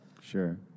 Sure